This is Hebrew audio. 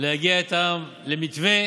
להגיע איתם למתווה